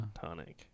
Tonic